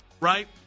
Right